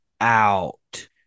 out